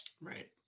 Right